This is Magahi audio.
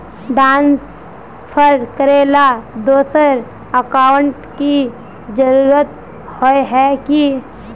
ट्रांसफर करेला दोसर अकाउंट की जरुरत होय है की?